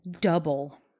double